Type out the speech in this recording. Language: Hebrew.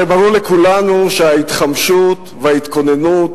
הרי ברור לכולנו שההתחמשות וההתכוננות,